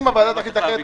אם הוועדה תחליט אחרת,